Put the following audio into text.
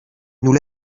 nous